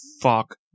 fuck